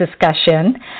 discussion